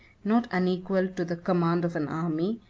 not unequal to the command of an army,